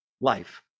life